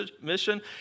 mission